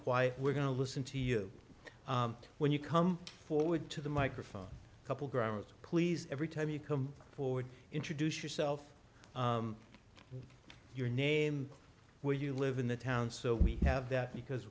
quiet we're going to listen to you when you come forward to the microphone a couple ground please every time you come forward introduce yourself your name where you live in the town so we have that because